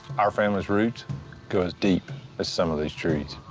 our family's roots go as deep as some of these trees.